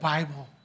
Bible